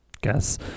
guess